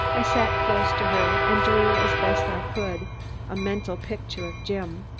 i sat close to her and drew as best i could a mental picture of jim.